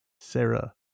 sarah